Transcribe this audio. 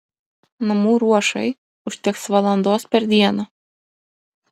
namų ruošai užteks valandos per dieną